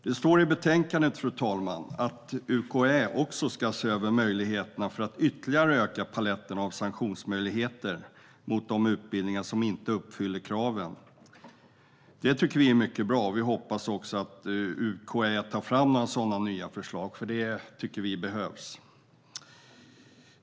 Det står i betänkandet, fru talman, att UKÄ också ska se över möjligheterna att ytterligare öka paletten av sanktionsmöjligheter mot de utbildningar som inte uppfyller kraven. Det tycker vi är mycket bra. Vi hoppas att UKÄ tar fram några sådana nya förslag, för det tycker vi behövs.